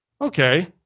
okay